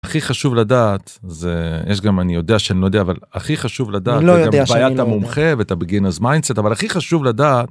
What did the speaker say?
הכי חשוב לדעת זה - יש גם אני יודע שאני לא יודע, אבל הכי חשוב לדעת את בעית המומחה ואת הבגינרז מיינדסט אבל הכי חשוב לדעת.